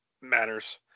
Matters